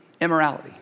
immorality